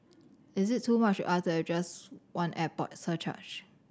is it too much to ask her just one airport surcharge